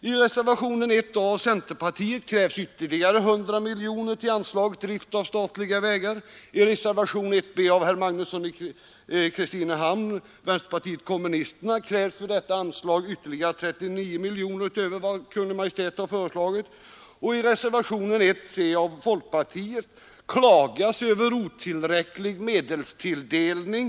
I reservationen 1 a av utskottets centerpartister krävs ytterligare 100 miljoner kronor i anslag till drift av statliga vägar, i reservationen 1 b av herr Magnusson i Kristinehamn, vänsterpartiet kommunisterna, krävs till detta anslag 39 miljoner utöver vad Kungl. Maj:t har föreslagit och i reservationen 1c av folkpartiledamöterna i utskottet klagas över otillräcklig medelstilldelning.